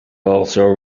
also